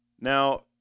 Now